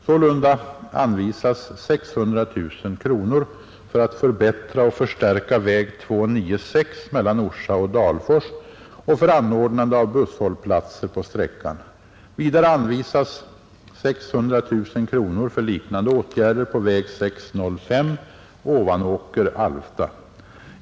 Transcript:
Sålunda anvisas 600 000 kronor för att förbättra och förstärka väg 296 mellan Orsa och Dalfors och för anordnande av busshållplatser på sträckan. Vidare anvisas 600 000 kronor för liknande åtgärder på väg 605 Ovanåker—Alfta.